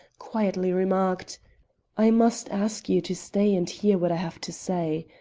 quietly remarked i must ask you to stay and hear what i have to say.